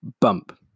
bump